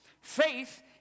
Faith